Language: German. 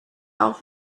auf